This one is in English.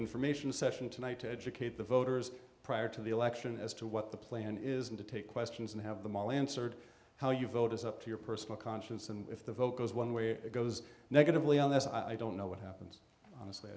information session tonight to educate the voters prior to the election as to what the plan is and to take questions and have them all answered how you vote is up to your personal conscience and if the vote goes one way it goes negatively on this i don't know what happens honestly